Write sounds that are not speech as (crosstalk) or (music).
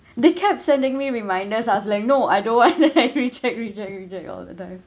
(breath) they kept sending me reminders I was like no I don't want (laughs) then I reject reject reject all the time